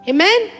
Amen